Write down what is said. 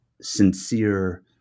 sincere